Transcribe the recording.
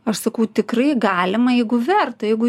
aš sakau tikrai galima jeigu verta jeigu